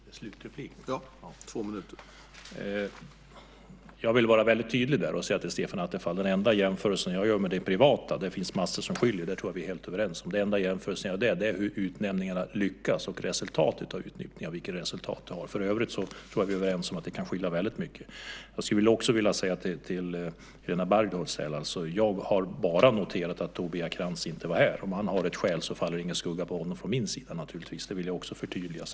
Herr talman! Jag vill vara väldigt tydlig och säga till Stefan Attefall att den enda jämförelsen som jag gör med det privata näringslivet - det finns massor som skiljer, det tror jag att vi är helt överens om - är hur utnämningarna lyckas och resultatet av dem. För övrigt tror jag att vi är överens om att det kan skilja väldigt mycket. Jag skulle också vilja säga till Helena Bargholtz att jag bara har noterat att Tobias Krantz inte var här. Om han har ett skäl till det så faller naturligtvis ingen skugga på honom från min sida. Det vill jag också förtydliga.